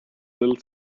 little